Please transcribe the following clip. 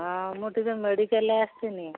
ହଁ ମୁଁ ଟିକିଏ ମେଡିକାଲ ଆସିନି